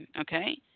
okay